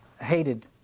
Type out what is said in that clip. hated